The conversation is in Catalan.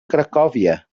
cracòvia